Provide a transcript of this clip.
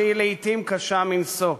שהיא לעתים קשה מנשוא.